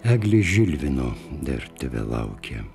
eglė žilvino dar tebelaukia